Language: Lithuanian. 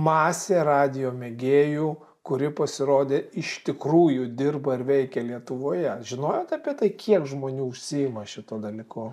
masė radijo mėgėjų kuri pasirodė iš tikrųjų dirbo ir veikė lietuvoje žinojot apie tai kiek žmonių užsiima šituo dalyku